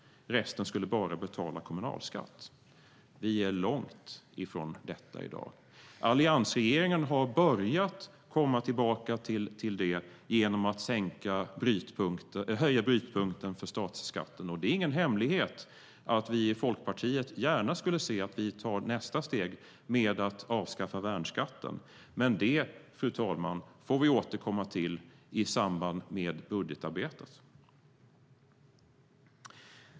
Resten skulle bara betala kommunalskatt. Vi är långt ifrån detta i dag. Alliansregeringen har börjat komma tillbaka till detta genom att höja brytpunkten för statsskatten. Och det är ingen hemlighet att vi i Folkpartiet gärna skulle se att vi tar nästa steg med att avskaffa värnskatten. Men det, fru talman, får vi återkomma till i samband med budgetarbetet.